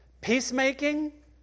peacemaking